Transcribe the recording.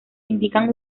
indican